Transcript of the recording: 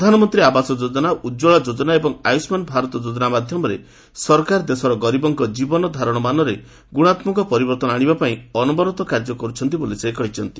ପ୍ରଧାନମନ୍ତ୍ରୀ ଆବାସ ଯୋଜନା ଉଜ୍ଜଳା ଯୋଜନା ଏବଂ ଆୟଷ୍ଠାନ ଭାରତ ଯୋଜନା ମାଧ୍ୟମରେ ସରକାର ଦେଶର ଗରିବଙ୍କ ଜୀବନ ଧାରଣରେ ଗୁଣାତ୍ମକ ପରିବର୍ଭନ ଆଶିବାପାଇଁ ଅନବରତ କାର୍ଯ୍ୟ କର୍ରଛନ୍ତି ବୋଲି ସେ କହିଛନ୍ତି